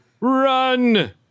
Run